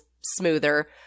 smoother